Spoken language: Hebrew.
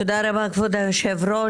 תודה רבה, כבוד היושב-ראש.